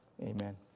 Amen